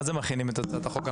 מכינים את הצעת החוק?